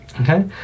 Okay